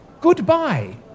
Goodbye